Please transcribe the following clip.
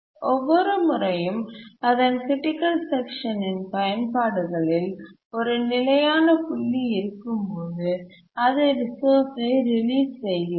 ஒவ்வொரு முறையும் அதன் க்ரிட்டிக்கல் செக்ஷன் ன் பயன்பாடுகளில் ஒரு நிலையான புள்ளி இருக்கும்போது அது ரிசோர்ஸ்ஐ ரிலீஸ் செய்கிறது